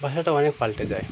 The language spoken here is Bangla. ভাষাটা অনেক পাল্টতে যায়